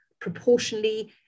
proportionally